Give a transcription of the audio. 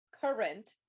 current